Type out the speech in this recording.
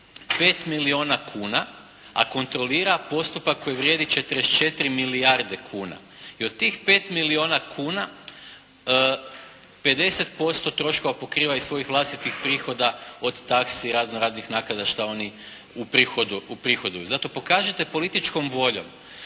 5 milijuna kuna a kontrolira postupak koji vrijedi 44 milijarde kuna. I od tih 5 milijuna kuna 50% troškova pokriva iz svojih vlastitih prihoda od taksi i razno raznih naknada što oni uprihoduju. Zato pokažite političkom voljom